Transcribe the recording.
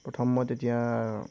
প্ৰথম মই তেতিয়া